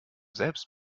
selbst